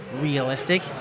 realistic